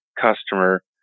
customer